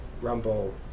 Rumble